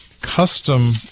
custom